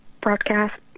broadcast